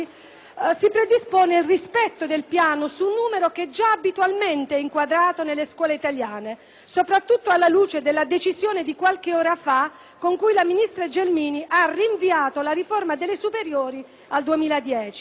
si predispone il rispetto del piano su un numero che già abitualmente è inquadrato nelle scuole italiane, soprattutto alla luce della decisione di qualche ora fa con cui il ministro Gelmini ha rinviato la riforma delle superiori al 2010.